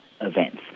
events